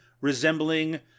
resembling